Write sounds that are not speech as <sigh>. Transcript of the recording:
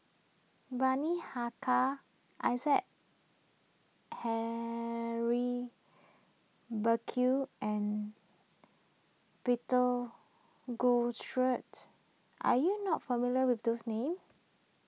Bani Haykal Isaac Henry Burkill and Peter <unintelligible> are you not familiar with those names